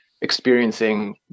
experiencing